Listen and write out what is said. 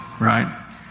right